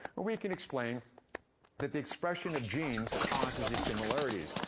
we can explain that the expression of genes causes these similarities.